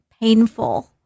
painful